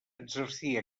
exercir